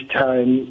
time